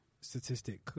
statistic